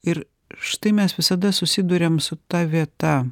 ir štai mes visada susiduriam su ta vieta